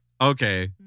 Okay